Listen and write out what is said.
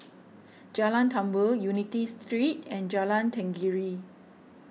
Jalan Tambur Unity Street and Jalan Tenggiri